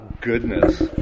goodness